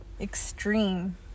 extreme